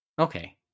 Okay